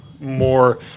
more